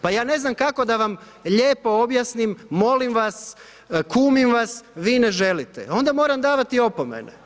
Pa je ne znam kako da vam lijepo objasnim, molim vas, kumim vas, vi ne želite, onda moram davati opomene.